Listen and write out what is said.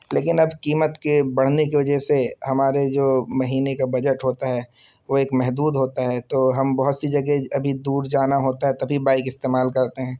لیکن اب قیمت کے بڑھنے کی وجہ سے ہمارے جو مہینے کا بجٹ ہوتا ہے وہ ایک محدود ہوتا ہے تو ہم بہت سی جگہ ابھی دور جانا ہوتا ہے تبھی بائک استعمال کرتے ہیں